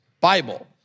Bible